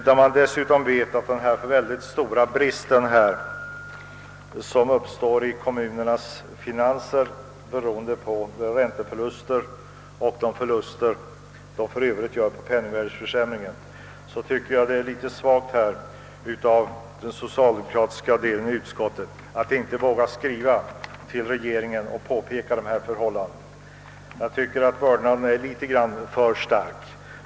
När vi dessutom känner till den mycket stora brist som uppstår i kommunernas finanser beroende på ränteförluster och de förluster som de i övrigt gör på penningvärdeförsämringen, tycker jag att det är litet svagt av den socialdemokratiska delen av utskottet att inte våga skriva till regeringen och på peka dessa förhållanden. Vördnaden verkar litet för stark.